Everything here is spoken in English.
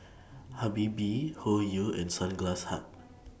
Habibie Hoyu and Sunglass Hut